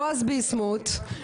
בועז ביסמוט,